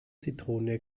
zitrone